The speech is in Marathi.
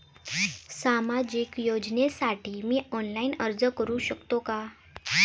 सामाजिक योजनेसाठी मी ऑनलाइन अर्ज करू शकतो का?